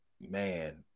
Man